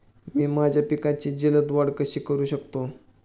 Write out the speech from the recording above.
मी माझ्या पिकांची जलद वाढ कशी करू शकतो?